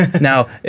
now